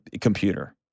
computer